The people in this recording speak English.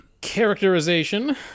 Characterization